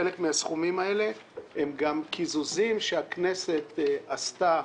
חלק מהסכומים האלה הם גם קיזוזים שהכנסת עשתה